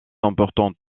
important